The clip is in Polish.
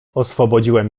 oswobodziłem